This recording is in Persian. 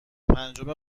پنجم